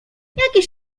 jakiś